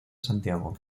santiago